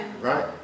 Right